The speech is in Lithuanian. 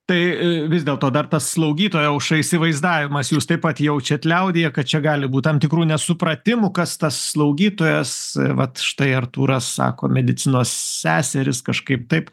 tai vis dėl to dar ta slaugytoja aušra įsivaizdavimas jūs taip pat jaučiat liaudyje kad čia gali būt tam tikrų nesupratimų kas tas slaugytojas vat štai artūras sako medicinos seserys kažkaip taip